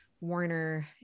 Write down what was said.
warner